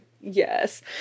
yes